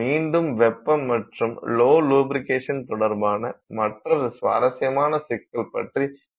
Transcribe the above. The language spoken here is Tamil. மீண்டும் வெப்பம் மற்றும் லோ லுபிரிக்கேஷன் தொடர்பான மற்றொரு சுவாரஸ்யமான சிக்கல் பற்றிப் பார்ப்போம்